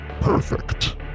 Perfect